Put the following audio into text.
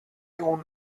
اون